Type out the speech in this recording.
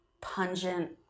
pungent